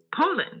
Poland